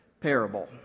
parable